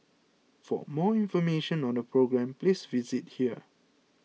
for more information on the programme please visit here